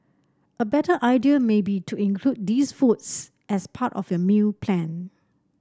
a better idea may be to include these foods as part of your meal plan